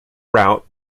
route